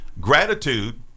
Gratitude